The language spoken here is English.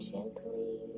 Gently